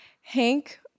Hank